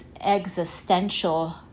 existential